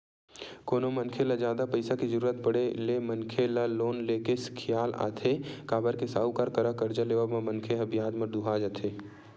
कोनो मनखे ल जादा पइसा के जरुरत पड़े ले मनखे ल लोन ले के खियाल आथे काबर के साहूकार करा करजा लेवब म मनखे ह बियाज म दूहा जथे